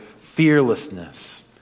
fearlessness